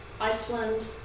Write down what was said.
Iceland